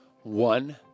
one